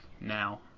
now